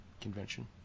convention